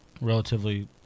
relatively